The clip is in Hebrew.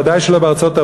ודאי שלא בארצות-הברית,